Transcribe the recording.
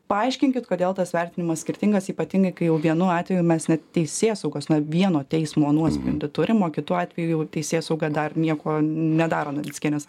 paaiškinkit kodėl tas vertinimas skirtingas ypatingai kai vienu atveju mes net teisėsaugos nuo vieno teismo nuosprendį turim o kitu atveju teisėsauga dar nieko nedaro navickienės